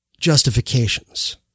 justifications